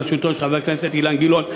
בראשותו של חבר הכנסת אילן גילאון,